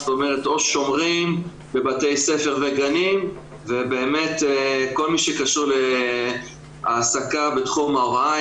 או שומרים בבתי ספר וגנים ובאמת כל מי שקשור להעסקה בתחום ההוראה,